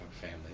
family